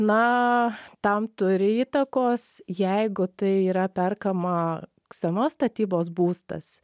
na tam turi įtakos jeigu tai yra perkama senos statybos būstas